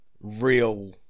real